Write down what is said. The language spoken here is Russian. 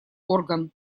орган